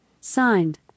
Signed